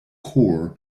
core